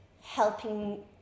helping